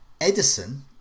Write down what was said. Edison